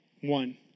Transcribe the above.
One